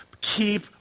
Keep